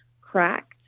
cracked